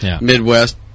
Midwest